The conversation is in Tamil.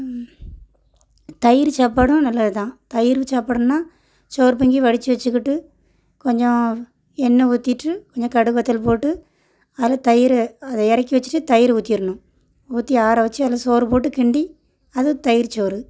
தயிர் சாப்பாடும் நல்லது தான் தயிர் சாப்பாடுன்னா சோறு பொங்கி வடிச்சு வச்சிக்கிட்டு கொஞ்சோம் எண்ணெய் ஊத்திகிட்டு கொஞ்சோம் கடுகு வத்தல் போட்டு அதில் தயிரை அதை இறக்கி வச்சிகிட்டு தயிர் ஊத்திடணும் ஊற்றி ஆற வச்சு அதில் சோறு போட்டு கிண்டி அது தயிர் சோறு